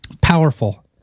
powerful